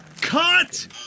cut